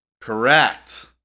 Correct